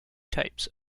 types